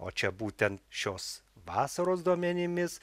o čia būtent šios vasaros duomenimis